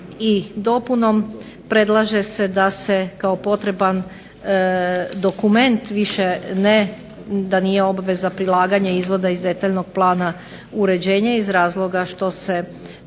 i dopunom predlaže se da se kao potreban dokument više ne, da nije obveza prilaganja izvoda iz detaljnog plana uređenja iz razloga što se